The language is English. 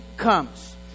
comes